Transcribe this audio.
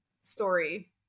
story